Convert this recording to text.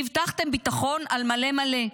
הבטחתם ביטחון על מלא מלא.